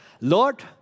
Lord